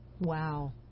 Wow